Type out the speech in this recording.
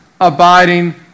abiding